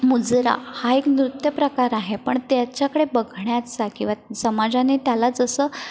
मुजरा हा एक नृत्यप्रकार आहे पण त्याच्याकडं बघण्याचा किवा समाजाने त्याला जसं